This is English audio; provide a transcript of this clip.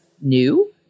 new